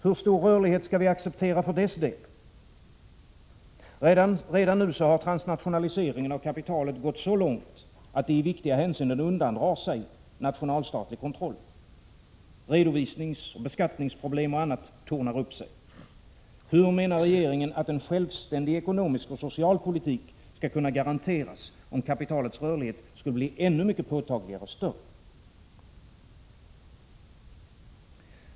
Hur stor rörlighet skall vi acceptera för dess del? Redan nu har transnationaliseringen av kapitalet gått så långt, att kapitalet i viktiga hänseenden undandrar sig nationalstatlig kontroll. Redovisningsoch beskattningsproblem etc. tornar upp sig. Hur menar regeringen att en självständig ekonomisk och social politik skall kunna garanteras, om kapitalets rörlighet skulle bli påtagligt större?